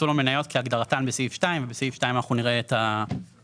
הוקצו לו מניות כהגדרתן בסעיף 2 ובסעיף 2 אנחנו נראה את הדיון,